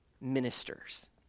ministers